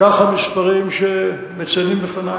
כך המספרים שמציינים בפני.